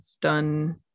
done